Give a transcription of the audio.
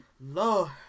Lord